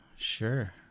Sure